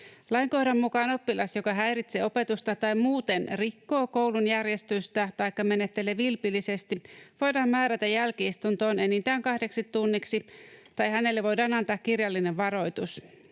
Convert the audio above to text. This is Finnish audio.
Lainkohdan mukaan oppilas, joka häiritsee opetusta tai muuten rikkoo koulun järjestystä taikka menettelee vilpillisesti, voidaan määrätä jälki-istuntoon enintään kahdeksi tunniksi tai hänelle voidaan antaa kirjallinen varoitus.